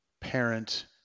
parent